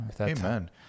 amen